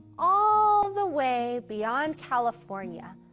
all the way beyond california,